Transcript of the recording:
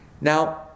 Now